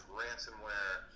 ransomware